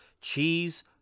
Cheese